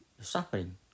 suffering